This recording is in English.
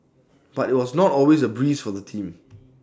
but IT was not always A breeze for the team